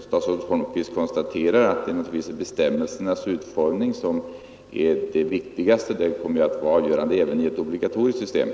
statsrådet Holmqvist säger, att bestämmelsernas utformning är det viktigaste. Det kommer ju att vara avgörande även i ett obligatoriskt system.